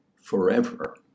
Forever